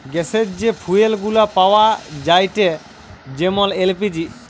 গ্যাসের যে ফুয়েল গুলা পাওয়া যায়েটে যেমন এল.পি.জি